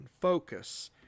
focus